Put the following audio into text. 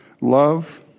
Love